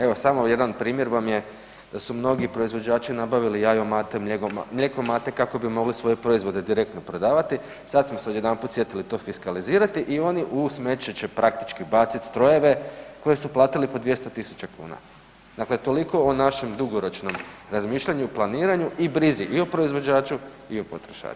Evo samo jedan primjer vam je da su mnogi proizvođači nabavili jajomate, mlijekomate kako bi mogli svoje proizvode direktno prodavati sad smo se odjedanput sjetili to fiskalizirati i oni u smeće će praktički baciti strojeve koje su platili po 200.000 kuna, dakle toliko o našem dugoročnom razmišljanju, planiranju i brizi i o proizvođaču i o potrošaču.